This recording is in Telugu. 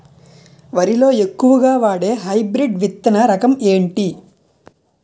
వరి లో ఎక్కువుగా వాడే హైబ్రిడ్ విత్తన రకం ఏంటి?